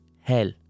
hell